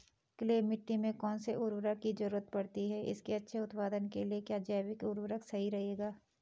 Clay मिट्टी में कौन से उर्वरक की जरूरत पड़ती है इसके अच्छे उत्पादन के लिए क्या जैविक उर्वरक सही रहेगा?